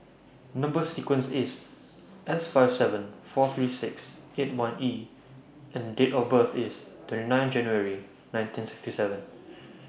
Number sequence IS S five seven four three six eight one E and Date of birth IS twenty nine January nineteen sixty seven